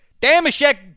Damashek